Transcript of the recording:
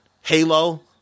halo